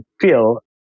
feel